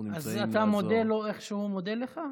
אז אתה מודה לו איך שהוא מודה לך?